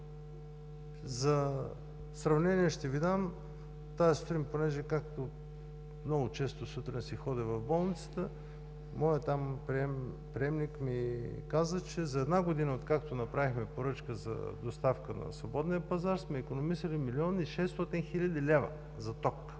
За сравнение ще Ви дам – понеже, както много често сутрин си ходя в болницата, моят приемник ми каза, че за една година, откакто направихме поръчка за доставка на свободния пазар, сме икономисали 1 млн. 600 хил. лв. за ток